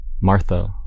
Martha